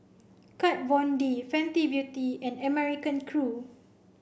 Kat Von D Fenty Beauty and American Crew